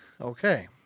Okay